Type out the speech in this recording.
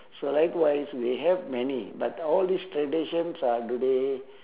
so likewise they have many but all these traditions are today